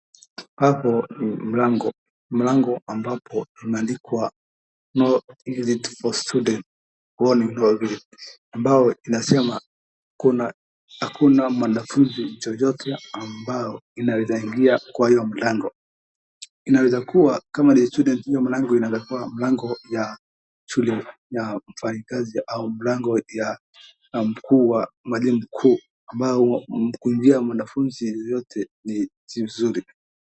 Hapo ni mlango, mlango ambapo umeandikwa no entry for student ambao inasema hakuna mwanafunzi yeyote ambao wanaweza ingia kwa hiyo mlango. Inaweza kuwa ni student hiyo mlango inaweza kuwa ya shule ya mfanyikazi au mlango ya mwalimu mkuu ambao kuingia kwa mwanafunzi yeyote si vizuri.